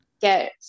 get